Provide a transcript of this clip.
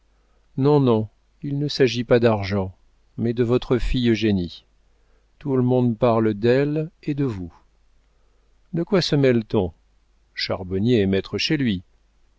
non non il ne s'agit pas d'argent mais de votre fille eugénie tout le monde parle d'elle et de vous de quoi se mêle t on charbonnier est maître chez lui